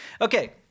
Okay